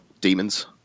demons